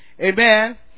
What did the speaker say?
Amen